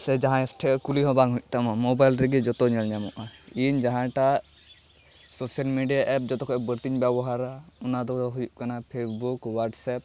ᱥᱮ ᱡᱟᱦᱟᱸᱭ ᱴᱷᱮᱡ ᱠᱩᱞᱤᱦᱚᱸ ᱵᱟᱝ ᱦᱩᱭᱩᱜ ᱛᱟᱢᱟ ᱢᱳᱵᱟᱭᱤᱞ ᱨᱮᱜᱮ ᱡᱚᱛᱚ ᱧᱮᱞ ᱧᱟᱢᱚᱜᱼᱟ ᱤᱧ ᱡᱟᱦᱟᱸᱴᱟᱜ ᱥᱳᱥᱟᱞ ᱢᱤᱰᱤᱭᱟ ᱮᱯ ᱡᱚᱛᱚ ᱠᱷᱚᱡ ᱵᱟᱹᱲᱛᱤᱧ ᱵᱮᱵᱚᱦᱟᱨᱟ ᱚᱱᱟᱫᱚ ᱦᱩᱭᱩᱜ ᱠᱟᱱᱟ ᱯᱷᱮᱥᱵᱩᱠ ᱳᱣᱟᱴᱥᱮᱯ